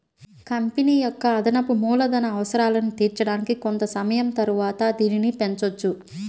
company యొక్క అదనపు మూలధన అవసరాలను తీర్చడానికి కొంత సమయం తరువాత దీనిని పెంచొచ్చు